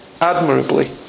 admirably